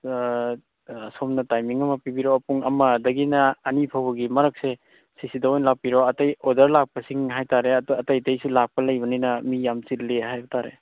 ꯁꯣꯝꯅ ꯇꯥꯏꯃꯤꯡ ꯑꯃ ꯄꯤꯕꯤꯔꯛꯑꯣ ꯄꯨꯡ ꯑꯃꯗꯒꯤꯅ ꯑꯅꯤ ꯐꯥꯎꯕꯒꯤ ꯃꯔꯛꯁꯦ ꯁꯤꯁꯤꯗ ꯑꯣꯏꯅ ꯂꯥꯛꯄꯤꯔꯣ ꯑꯇꯩ ꯑꯣꯔꯗꯔ ꯂꯥꯛꯄꯁꯤꯡ ꯍꯥꯏꯇꯥꯔꯦ ꯑꯇꯣꯞꯄ ꯑꯇꯩ ꯑꯇꯩꯁꯨ ꯂꯥꯛꯄ ꯂꯩꯕꯅꯤꯅ ꯃꯤ ꯌꯥꯝ ꯆꯤꯜꯂꯤ ꯍꯥꯏꯕꯇꯥꯔꯦ